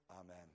Amen